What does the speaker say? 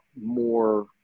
more